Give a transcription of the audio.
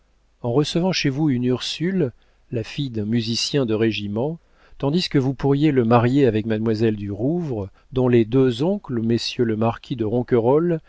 en recevant chez vous une ursule la fille d'un musicien de régiment tandis que vous pourriez le marier avec mademoiselle du rouvre dont les deux oncles messieurs le marquis de